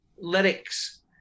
lyrics